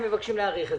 הם מבקשים להאריך את